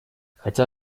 хотя